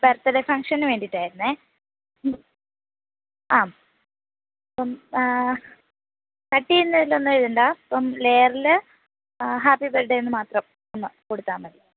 birthday function വേണ്ടിയിട്ടായിരുന്നു ആം അപ്പം കട്ട് ചെയ്യുന്നതിൽ ഒന്നും എഴുതേണ്ട അപ്പം ലേയറിൽ ഹാപ്പി ബർത്ത്ഡേ എന്ന് മാത്രം ഒന്നു കൊടുത്താൽ മതി